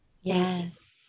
Yes